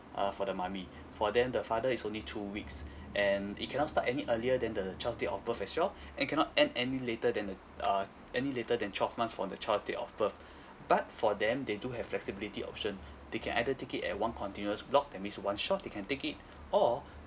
uh for the mommy for them the father is only two weeks and it cannot start any earlier than the child's date of birth as well and cannot end any later than the uh any later than twelve months from the child's date of birth but for them they do have flexibility option they can either take it as one continuous block that means one shot they can take it or